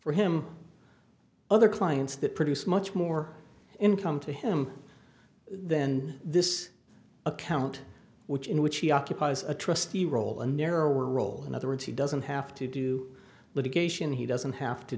for him other clients that produce much more income to him then this account which in which he occupies a trustee role a narrower role in other words he doesn't have to do litigation he doesn't have to